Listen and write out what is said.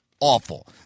awful